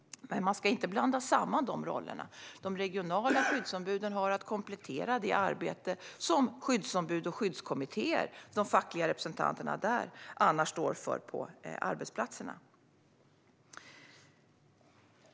Man ska dock inte blanda samman dessa båda roller. De regionala skyddsombuden har att komplettera det arbete som skyddsombuden och de fackliga representanterna i skyddskommittéerna annars står för på arbetsplatserna.